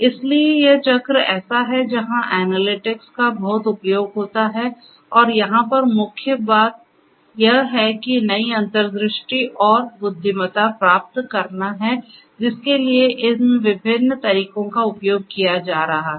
इसलिए यह चक्र ऐसा है जहां एनालिटिक्स का बहुत उपयोग होता है और यहाँ पर मुख्य बात यह है कि नई अंतर्दृष्टि और बुद्धिमत्ता प्राप्त करना है जिसके लिए इन विभिन्न तरीकों का उपयोग किया जा रहा है